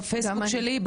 בפייסבוק שלי,